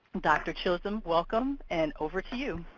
dr. chisholm, welcome, and over to you.